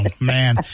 man